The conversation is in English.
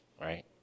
right